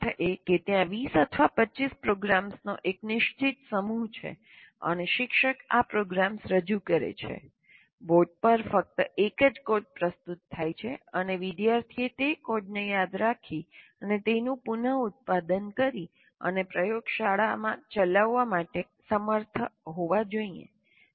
તેનો અર્થ એ કે ત્યાં 20 અથવા 25 પ્રોગ્રામ્સનો એક નિશ્ચિત સમૂહ છે અને શિક્ષક આ પ્રોગ્રામ્સ રજૂ કરે છે બોર્ડ પર ફક્ત એક જ કોડ પ્રસ્તુત થાય છે અને વિદ્યાર્થીએ તે કોડને યાદ રાખી અને તેનું પુનઉત્પાદન કરી અને પ્રયોગશાળામાં ચલાવવા માટે સમર્થ હોવા જોઈએ